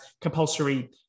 compulsory